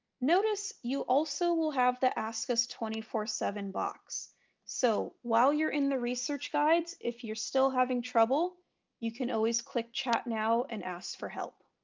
notice you also will have the ask us twenty four seven box so while you're in the research guides if you're still having trouble you can always click chat now and ask for help.